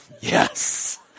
yes